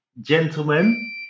Gentlemen